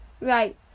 Right